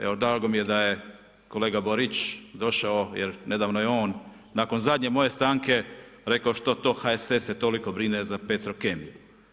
Evo drago mi je da je kolega Borić došao, jer nedavno je on nakon zadnje moje stanke rekao što to HSS se toliko brine za Petrokemiju.